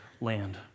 land